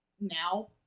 now